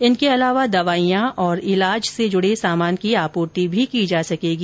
इनके अलावा दवाइयां और ईलाज से जुड़े सामान की आपूर्ति भी की जा सकेगी